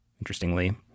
interestingly